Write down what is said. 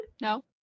No